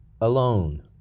alone